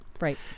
Right